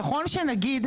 נכון שנגיד,